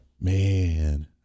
Man